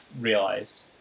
realize